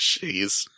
Jeez